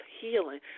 healing